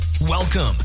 Welcome